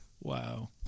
Wow